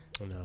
No